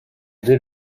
dès